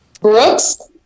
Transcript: Brooks